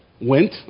went